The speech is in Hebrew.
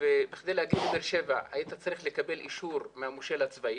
ובכדי להגיע לבאר שבע היית צריך לקבל אישור מהמושל הצבאי.